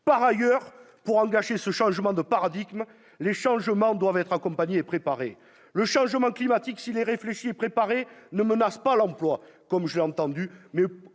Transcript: Par ailleurs, pour engager ce changement de paradigme, les transformations doivent être accompagnées et préparées. Le changement climatique, s'il est réfléchi et préparé, ne menace pas les emplois, comme je l'ai entendu,